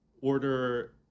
order